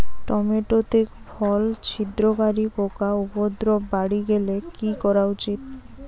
Tomato তে ফল ছিদ্রকারী পোকা উপদ্রব বাড়ি গেলে কি করা উচিৎ?